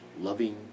loving